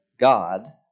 God